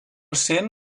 sent